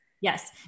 Yes